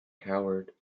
coward